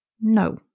No